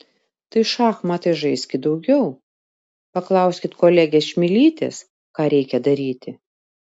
tai šachmatais žaiskit daugiau paklauskit kolegės čmilytės ką reikia daryti